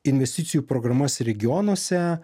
investicijų programas regionuose